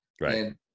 Right